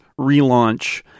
relaunch